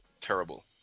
terrible